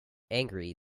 angry